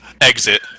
Exit